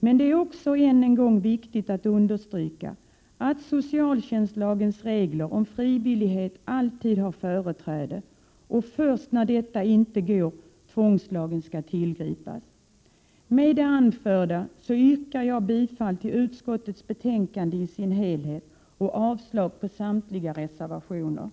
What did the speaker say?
Men det är också än en gång viktigt att understryka att socialtjänstlagens regler om frivillighet alltid har företräde och att tvångslagen skall tillgripas först när detta inte går. Med det anförda yrkar jag bifall till utskottets hemställan i dess helhet och avslag på samtliga reservationer.